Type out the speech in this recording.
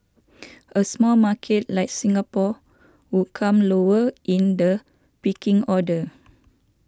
a small market like Singapore would come lower in the pecking order